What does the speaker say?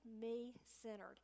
me-centered